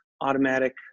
automatic